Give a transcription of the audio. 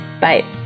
Bye